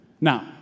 Now